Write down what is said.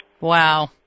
Wow